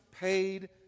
paid